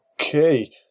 Okay